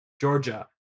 Georgia